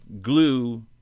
glue